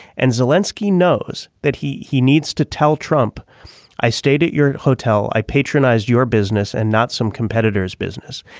and zelinsky knows that he he needs to tell trump i stayed at your hotel. i patronized your business and not some competitor's business.